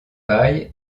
paille